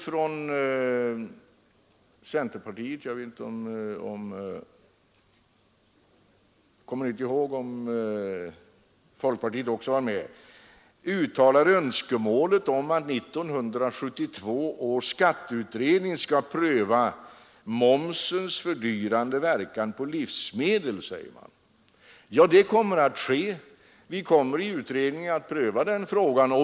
Från centerpartiet har önskemål uttalats — jag kommer inte ihåg om folkpartiet också var med — om att 1972 års skatteutredning skall pröva momsens fördyrande verkan på livsmedel, som saken uttrycks. Ja, vi kommer i utredningen att pröva den frågan.